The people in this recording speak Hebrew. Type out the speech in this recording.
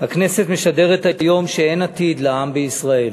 הכנסת משדרת היום שאין עתיד לעם בישראל.